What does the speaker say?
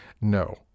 No